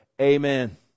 Amen